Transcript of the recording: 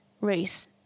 race